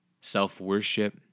self-worship